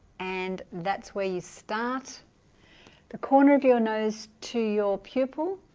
and that's where you start the corner of your nose to your pupil